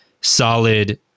solid